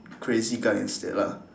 crazy guy instead lah